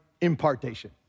impartation